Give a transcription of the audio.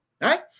right